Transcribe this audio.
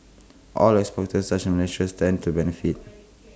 oil exporters such as Malaysia stand to benefit